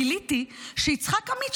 גיליתי שיצחק עמית,